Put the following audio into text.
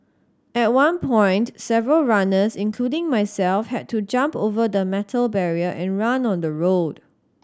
at one point several runners including myself had to jump over the metal barrier and run on the road